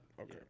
Okay